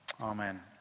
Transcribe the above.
Amen